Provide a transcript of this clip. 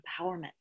empowerment